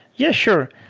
yeah, sure.